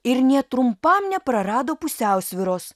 ir nė trumpam neprarado pusiausvyros